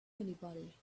anybody